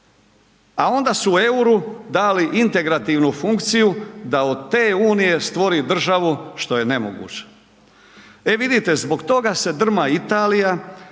A onda su suru dali integrativnu funkciju da od te unije stvori državu što je nemoguće. E vidite, zbog toga se drma Italija